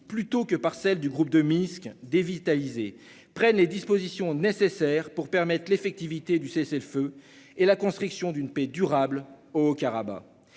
plutôt que par celui du groupe de Minsk- dévitalisé -prenne les dispositions nécessaires pour garantir l'effectivité du cessez-le-feu et la construction d'une paix durable dans le Haut-Karabagh.